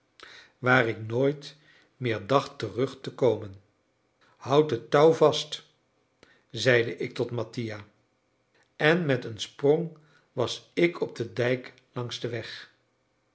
waar ik nooit meer dacht terug te komen houd het touw vast zeide ik tot mattia en met een sprong was ik op den dijk langs den weg